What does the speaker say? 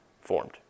formed